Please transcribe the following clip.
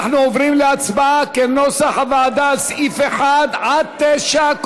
אנחנו עוברים להצבעה כנוסח הוועדה על סעיפים 1 9,